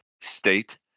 state